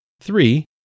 Three